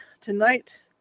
tonight